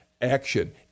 action